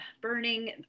burning